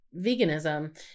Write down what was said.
veganism